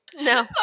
No